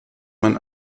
man